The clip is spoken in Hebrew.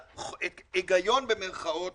את הגיון במירכאות